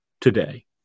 today